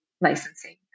licensing